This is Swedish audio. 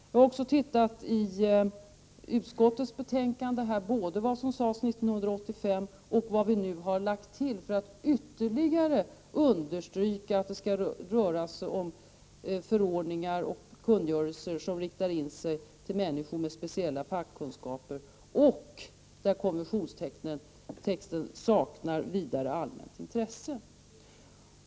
Jag har även studerat utskottets betänkande, både vad som sades 1985 och vad vi nu har lagt till för att ytterligare understryka att det skall röra sig om förordningar och kungörelser som riktar sig till människor med speciella fackkunskaper, förordningar och kungörelser i vilka konventionstexten saknar vidare allmänt intresse.